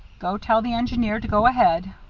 go tell the engineer to go ahead.